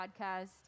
podcast